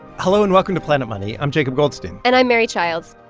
hello, and welcome to planet money. i'm jacob goldstein and i'm mary childs.